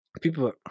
people